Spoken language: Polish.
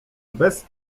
bez